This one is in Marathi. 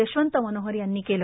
यशवंत मनोहर यांनी केले